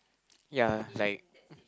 ya like